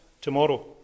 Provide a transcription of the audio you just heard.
tomorrow